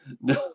no